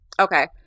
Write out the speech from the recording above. okay